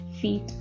feet